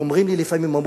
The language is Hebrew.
ואמרו לי לפעמים: